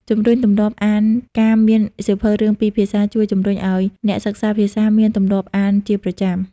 ជំរុញទម្លាប់អានការមានសៀវភៅរឿងពីរភាសាជួយជំរុញឲ្យអ្នកសិក្សាភាសាមានទម្លាប់អានជាប្រចាំ។